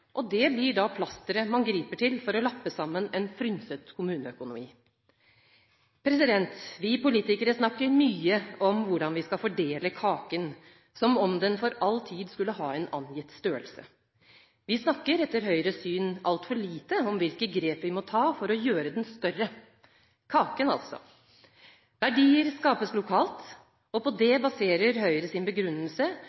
skatter. Det blir da plasteret man griper til for å lappe sammen en frynset kommuneøkonomi. Vi politikere snakker mye om hvordan vi skal fordele kaken som om den for all tid skulle ha en angitt størrelse. Vi snakker etter Høyres syn altfor lite om hvilke grep vi må ta for å gjøre den større, kaken altså. Verdier skapes lokalt, og på det